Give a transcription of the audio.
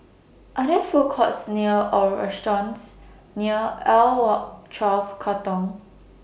Are There Food Courts near Or restaurants near L one twelve Katong